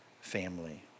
family